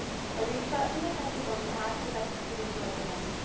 i reached out to the principal to ask if i could see the curriculum.